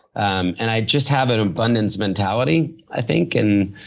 um and i just have an abundance mentality, i think, and